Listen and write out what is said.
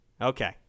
Okay